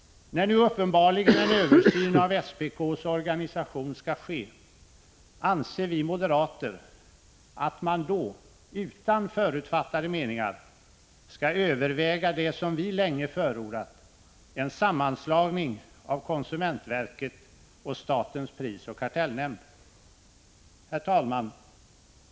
När nu uppenbarligen en översyn av SPK:s organisation skall ske, anser vi moderater att man då, utan förutfattade meningar, skall överväga det som vi länge förordat — en sammanslagning av konsumentverket och statens prisoch kartellnämnd. Herr talman!